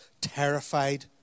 terrified